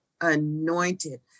Anointed